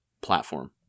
platform